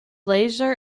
laser